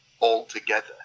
altogether